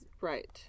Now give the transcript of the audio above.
Right